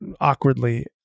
awkwardly